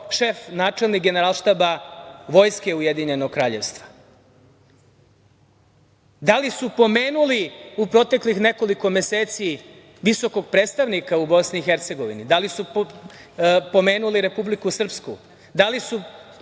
šef, načelnik generalštaba vojske Ujedinjenog Kraljevstva. Da li su pomenuli u proteklih nekoliko meseci visokog predstavnika u BiH? Da li su pomenuli Republiku Srpsku? Da li su